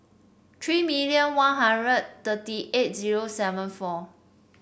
three million One Hundred thirty eight zero seven four